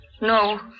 No